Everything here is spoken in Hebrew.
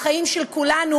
בחיים של כולנו,